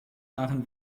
waren